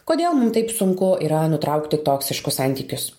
kodėl mum taip sunku yra nutraukti toksiškus santykius